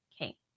Okay